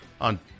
On